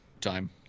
time